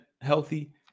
healthy